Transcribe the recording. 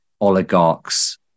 oligarchs